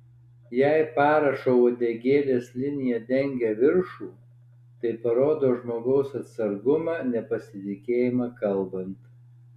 jei parašo uodegėlės linija dengia viršų tai parodo žmogaus atsargumą nepasitikėjimą kalbant